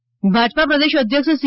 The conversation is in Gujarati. પાટીલ ભાજપા પ્રદેશ અધ્યક્ષ સી